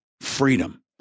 freedom